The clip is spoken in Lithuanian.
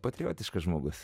patriotiškas žmogus